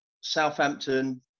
Southampton